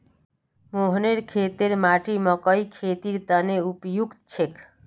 मोहनेर खेतेर माटी मकइर खेतीर तने उपयुक्त छेक